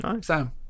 Sam